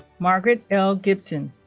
margaret l. gibson